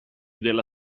della